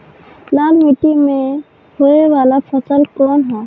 लाल मीट्टी में होए वाला फसल कउन ह?